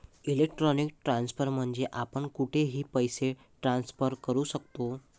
electronic transfer म्हणजे आपण कुठेही पैसे ट्रान्सफर करू शकतो